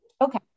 Okay